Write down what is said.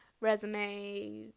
resume